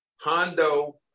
Hondo